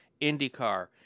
IndyCar